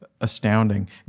astounding